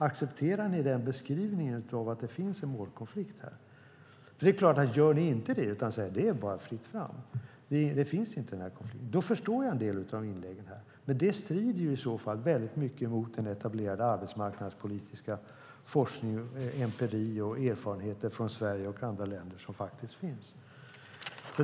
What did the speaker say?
Accepterar ni beskrivningen att det finns en målkonflikt här? Gör ni inte det utan säger att det är fritt fram, den här konflikten finns inte, förstår jag en del av inläggen. Men det strider i så fall väldigt mycket mot den etablerade arbetsmarknadspolitiska forskning, empiri och erfarenhet från Sverige och andra länder som faktiskt finns.